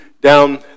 down